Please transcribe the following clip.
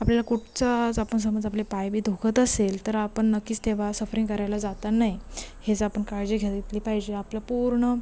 आपल्याला कुठचा जर आपण समज आपले पायबी दुखत असेल तर आपण नक्कीच तेव्हा सफरिंग करायला जाता नाही हेच आपण काळजी घेतली पाहिजे आपलं पूर्ण